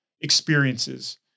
experiences